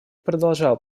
продолжал